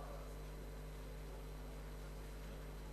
ההצעה להעביר את הצעת חוק סל שירותים נוספים בחינוך,